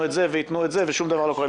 את זה ויתנו את זה ושום דבר לא קורה?